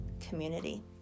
community